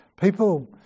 People